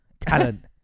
talent